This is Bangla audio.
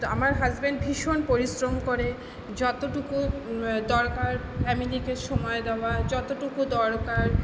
আমার হাজব্যান্ড ভীষণ পরিশ্রম করে যতটুকু দরকার ফ্যামিলিকে সময় দেওয়া যতটুকু দরকার